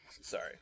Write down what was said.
Sorry